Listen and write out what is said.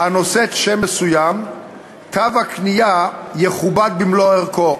הנושאת שם מסוים תו הקנייה יכובד במלוא ערכו,